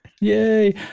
Yay